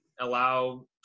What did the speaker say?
allow